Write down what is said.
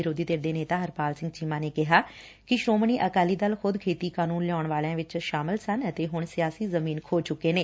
ਵਿਰੋਧੀ ਧਿਰ ਦੇ ਨੇਤਾ ਹਰਪਾਲ ਚੀਮਾ ਨੇ ਕਿਹਾ ਕਿ ਸ੍ਰੋਮਣੀ ਅਕਾਲੀ ਦਲ ਖੁਦ ਖੇਤੀ ਕਾਨੁੰਨ ਲਿਆਉਣ ਵਾਲਿਆਂ ਵਿੱਚ ਸ਼ਾਮਲ ਸਨ ਅਤੇ ਹੁਣ ਸਿਆਸੀ ਜ਼ਮੀਨ ਖੋ ਚੁੱਕੇ ਨੇ